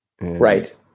right